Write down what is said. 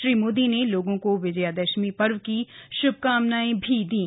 श्री मोदी ने लोगों को विजयदशमी पर्व की शुभकामनाएंदीं